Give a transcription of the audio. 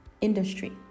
industry